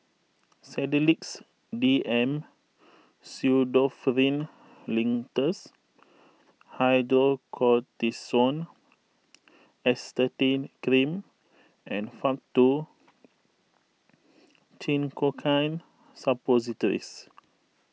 Sedilix D M Pseudoephrine Linctus Hydrocortisone Acetate Cream and Faktu Cinchocaine Suppositories